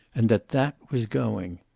and that that was going.